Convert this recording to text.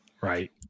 Right